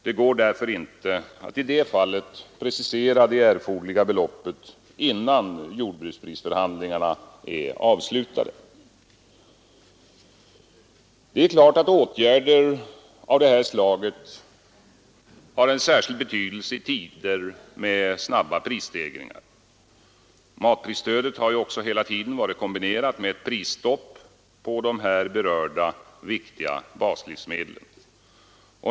Det går därför inte att i det fallet precisera det erforderliga beloppet innan jordbruksprisförhandlingarna är avslutade. Åtgärder av det här slaget har givetvis särskild betydelse i tider med snabba prisstegringar. Matprisstödet har ju också hela tiden varit kombinerat med ett prisstopp på de berörda viktiga baslivsmedlen.